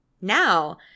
Now